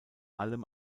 allem